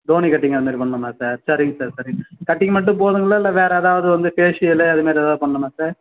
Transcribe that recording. Dhoni cutting அதுமாதிரி பண்ணணுமா sir சரிங்க சார் சரிங்க சார் கட்டிங் மட்டும் போதுங்களா இல்லை வேறே எதாவது வந்து ஃபேஷியலு அதுமாதிரி எதாவது பண்ணணுமா சார்